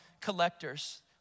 collectors